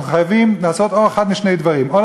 אנחנו חייבים לעשות אחד משני דברים: או